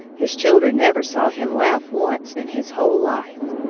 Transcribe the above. his children never saw him laugh once in his whole life!